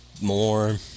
more